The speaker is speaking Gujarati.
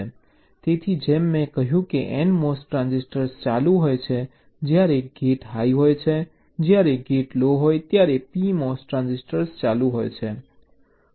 તેથી જેમ મેં કહ્યું કે NMOS ટ્રાન્ઝિસ્ટર ચાલુ હોય છે જ્યારે ગેટ હાઈ હોય છે જ્યારે ગેટ લો હોય ત્યારે PMOS ટ્રાન્ઝિસ્ટર ચાલુ હોય છે